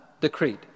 decreed